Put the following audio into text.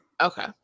okay